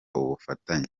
ubufatanye